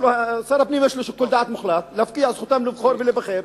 לשר הפנים יש שיקול דעת מוחלט להפקיע את זכותם לבחור ולהיבחר,